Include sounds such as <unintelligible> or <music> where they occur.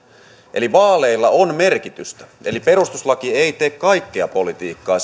eli vaaleilla on merkitystä eli perustuslaki ei tee kaikkea politiikkaa <unintelligible>